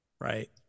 Right